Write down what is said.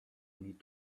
need